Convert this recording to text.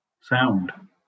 Sound